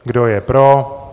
Kdo je pro.